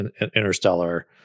interstellar